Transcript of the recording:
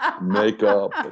makeup